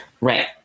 Right